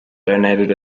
donated